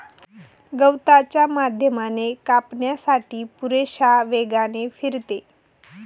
गवताच्या माध्यमाने कापण्यासाठी पुरेशा वेगाने फिरते